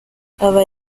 aba